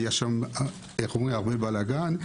היה שם הרבה בלגאן,